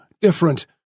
different